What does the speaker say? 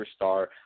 superstar